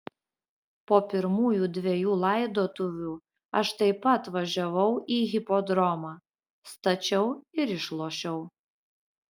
po pirmųjų dvejų laidotuvių aš taip pat važiavau į hipodromą stačiau ir išlošiau